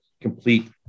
complete